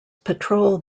patrol